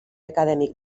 acadèmic